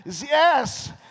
yes